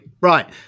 right